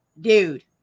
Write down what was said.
dude